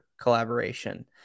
collaboration